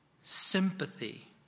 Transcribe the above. sympathy